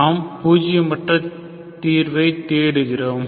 நாம் பூஜ்ஜியமற்ற தீர்வைத் தேடுகிறோம்